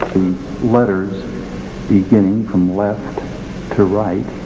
letters beginning from left to right.